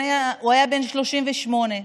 הוא היה בן 38,